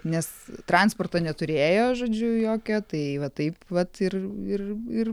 nes transporto neturėjo žodžiu jokio tai va taip vat ir ir ir